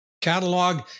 catalog